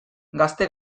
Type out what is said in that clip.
gazte